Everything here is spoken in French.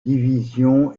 division